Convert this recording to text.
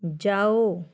ਜਾਓ